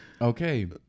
okay